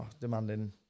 demanding